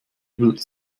übel